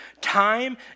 time